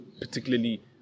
particularly